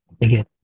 Again